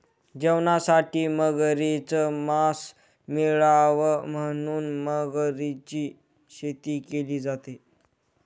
जेवणासाठी मगरीच मास मिळाव म्हणून मगरीची शेती केली जाते